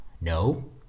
no